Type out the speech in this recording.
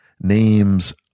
names